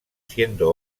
siendo